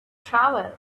travel